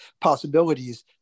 possibilities